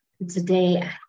Today